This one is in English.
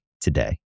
today